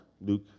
Luke